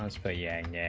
um so for yang